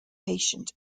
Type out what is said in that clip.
patient